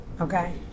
Okay